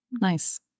Nice